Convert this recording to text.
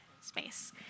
space